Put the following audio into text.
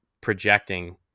projecting